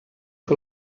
que